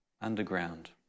underground